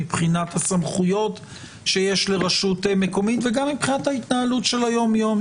מבחינת הסמכויות שיש לרשות מקומית וגם מבחינת ההתנהלות של היום יום.